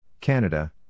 Canada